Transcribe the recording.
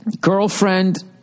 girlfriend